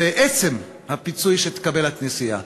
ועצם הפיצוי שתקבל הכנסייה.